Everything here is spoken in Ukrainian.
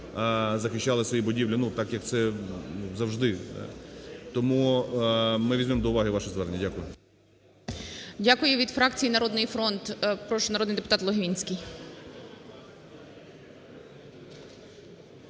захищали свої будівлі. Ну, так як це завжди. Тому ми візьмемо до уваги ваше звернення. Дякую. ГОЛОВУЮЧИЙ. Дякую. Від фракції "Народний фронт", прошу, народний депутатЛогвинський.